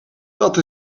dat